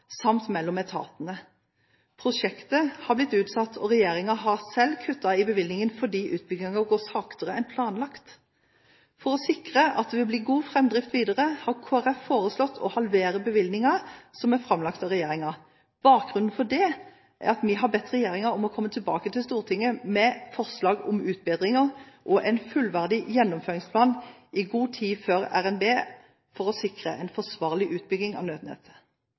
samt mellom etatene. Prosjektet har blitt utsatt, og regjeringen har selv kuttet i bevilgningen fordi utbyggingen går saktere enn planlagt. For å sikre at det vil bli god framdrift videre, har Kristelig Folkeparti foreslått å halvere bevilgningen som er framlagt av regjeringen. Bakgrunnen for dette er at vi har bedt regjeringen om å komme tilbake til Stortinget med forslag om utbedringer og en fullverdig gjennomføringsplan i god tid før revidert nasjonalbudsjett for å sikre en forsvarlig utbygging av nødnettet.